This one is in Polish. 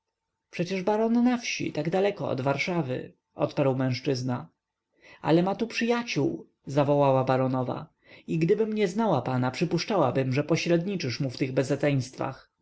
przecież baron na wsi tak daleko od warszawy odparł mężczyzna ale ma tu przyjaciół zawołała baronowa i gdybym nie znała pana przypuszczałabym że pośredniczysz mu w tych